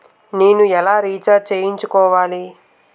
నేను ఎలా రీఛార్జ్ చేయించుకోవాలి?